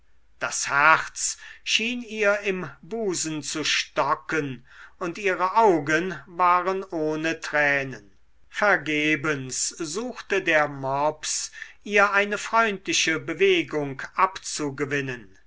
das herz schien ihr im busen zu stocken und ihre augen waren ohne tränen vergebens suchte der mops ihr eine freundliche bewegung abzugewinnen